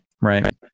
Right